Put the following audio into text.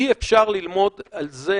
אי-אפשר ללמוד על זה